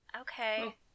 Okay